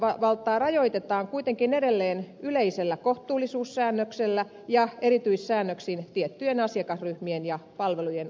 kunnan harkintavaltaa rajoitetaan kuitenkin edelleen yleisellä kohtuullisuussäännöksellä ja erityissäännöksin tiettyjen asiakasryhmien ja palvelujen osalta